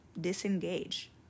disengage